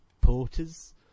porters